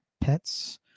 pets